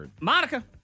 Monica